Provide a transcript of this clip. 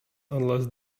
unless